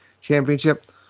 Championship